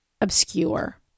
obscure